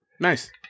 Nice